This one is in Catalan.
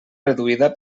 reduïda